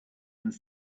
and